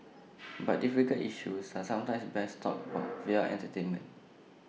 but difficult issues are sometimes best talked about via entertainment